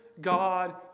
God